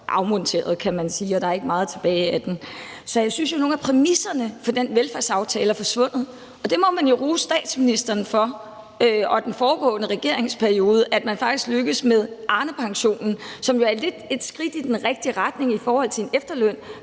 afmonteret, kan man sige, og der er ikke meget tilbage af den. Så jeg synes, nogle af præmisserne for den velfærdsaftale er forsvundet. Man må rose statsministeren for, at man i den foregående regeringsperiode faktisk lykkedes med Arnepensionen, som er lidt et skridt i den rigtige retning i forhold til en efterløn,